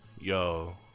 Yo